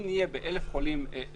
אם נהיה עם 1,000 חולים ליום,